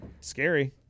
scary